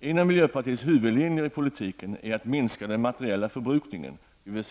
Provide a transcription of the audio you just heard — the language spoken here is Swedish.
En av miljöpartiets huvudlinjer i politiken är att minska den materiella förbrukningen, dvs.